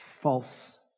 false